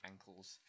ankles